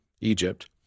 Egypt